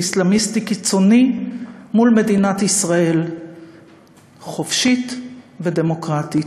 אסלאמיסטי קיצוני מול מדינת ישראל חופשית ודמוקרטית.